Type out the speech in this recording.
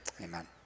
Amen